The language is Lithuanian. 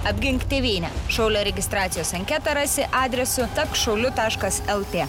apgink tėvynę šaulio registracijos anketą rasi adresu tapk šauliu taškas lt